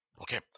Okay